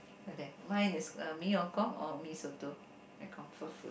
okay mine is Mee Hong-Kong or mee-soto my comfort food